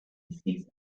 season